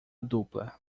dupla